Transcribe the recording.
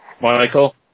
Michael